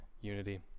unity